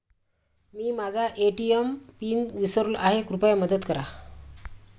मी माझा ATM pin विसरलो आहे, कृपया मदत करा